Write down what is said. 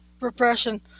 repression